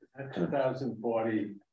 2040